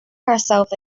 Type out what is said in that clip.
herself